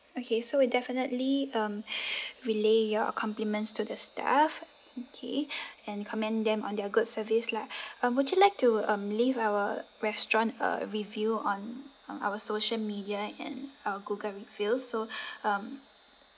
okay so we definitely um relay your compliments to the staff okay and we commend them on their good service lah um would you like to um leave our restaurant a review on uh our social media and uh Google review so um